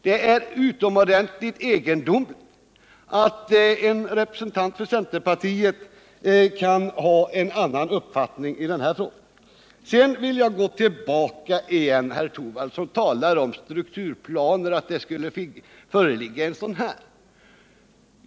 Det är utomordentligt egendomligt att en representant för centerpartiet har en annan uppfattning i den här frågan. Rune Torwald säger att det här skulle föreligga en strukturplan.